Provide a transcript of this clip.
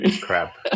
crap